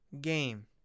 game